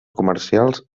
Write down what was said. comercials